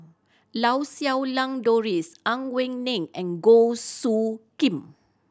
Lau Siew Lang Doris Ang Wei Neng and Goh Soo Khim